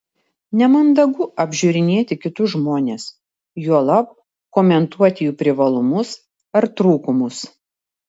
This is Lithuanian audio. nemandagu apžiūrinėti kitus žmones juolab komentuoti jų privalumus ar trūkumus